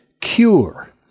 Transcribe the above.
cure